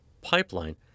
pipeline